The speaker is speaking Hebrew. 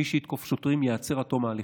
מי שיתקוף שוטרים, ייעצר עד תום ההליכים,